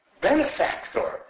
benefactor